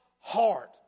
heart